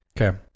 Okay